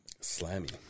Slammy